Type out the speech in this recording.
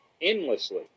endlessly